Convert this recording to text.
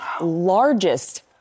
largest